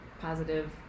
positive